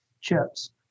chips